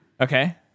Okay